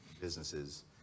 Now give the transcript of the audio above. businesses